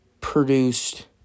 produced